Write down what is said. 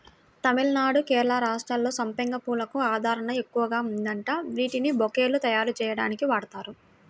తమిళనాడు, కేరళ రాష్ట్రాల్లో సంపెంగ పూలకు ఆదరణ ఎక్కువగా ఉందంట, వీటిని బొకేలు తయ్యారుజెయ్యడానికి వాడతారు